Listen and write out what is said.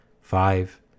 Five